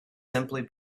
simply